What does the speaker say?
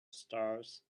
stars